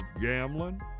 gambling